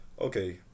okay